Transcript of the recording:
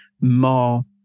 more